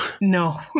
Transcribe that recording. No